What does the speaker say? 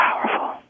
powerful